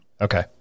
Okay